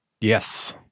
Yes